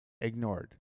ignored